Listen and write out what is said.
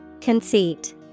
Conceit